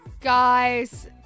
guys